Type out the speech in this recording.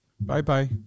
Bye-bye